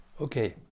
Okay